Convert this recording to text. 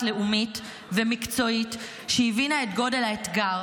לאומית ומקצועית שהבינה את גודל האתגר.